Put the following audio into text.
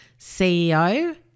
CEO